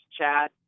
Chad